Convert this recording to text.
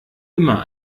immer